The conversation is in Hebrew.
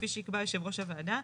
כפי שיקבע יושב ראש הוועדה.